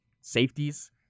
safeties